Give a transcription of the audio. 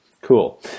Cool